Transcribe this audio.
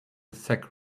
sack